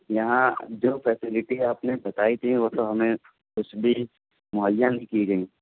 یہاں جو فیسیلٹی آپ نے بتائی تھی وہ تو ہمیں کچھ بھی مہیا نہیں کی گئیں